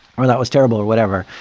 or that was terrible or whatever.